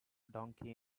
donkey